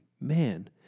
man